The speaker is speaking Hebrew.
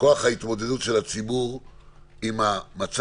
כוח ההתמודדות של הציבור נפגע.